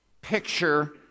picture